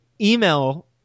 email